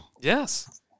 Yes